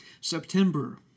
September